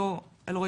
בבקשה.